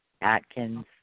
Atkins